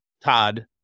Todd